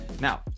now